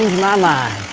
my mind!